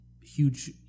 huge